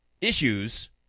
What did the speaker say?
issues